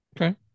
Okay